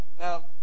now